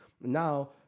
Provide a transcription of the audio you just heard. Now